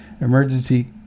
emergency